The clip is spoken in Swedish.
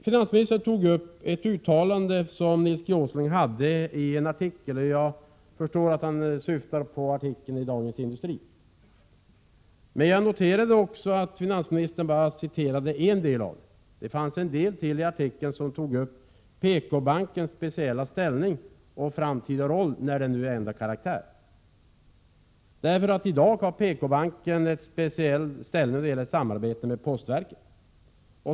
Finansministern tog upp ett uttalande som Nils G Åsling gjorde i en artikel. Jag förstår att finansministern syftar på en artikel i Dagens Industri. Jag noterade också att finansministern bara citerade en del av artikeln. I artikeln togs också PKbankens speciella ställning och framtida roll upp när banken nu ändrar karaktär. I dag har nämligen PKbanken en speciell ställning när det gäller samarbetet med postverket.